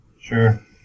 Sure